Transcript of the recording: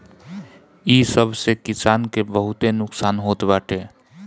इ सब से किसान के बहुते नुकसान होत बाटे